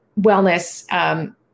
wellness